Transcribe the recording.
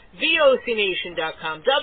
VOCNation.com